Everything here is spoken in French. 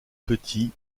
petit